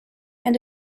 and